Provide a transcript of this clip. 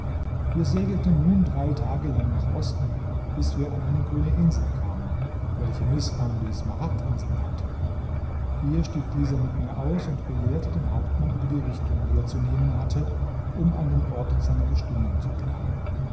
wir segelten nun drei tage lang nach osten bis wir an eine grüne insel kamen welche misram die smaragdinsel nannte hier stieg dieser mit mir aus und belehrte den hauptmann über die richtung die er zu nehmen hatte um an den ort seiner bestimmung zu gelangen